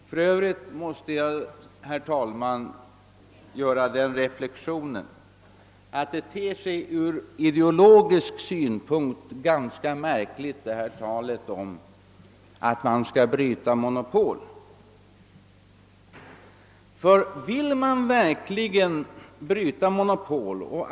För övrigt måste jag göra den reflexionen, herr talman, att talet om att bryta monopol ter sig ganska märkligt ur ideologisk synpunkt.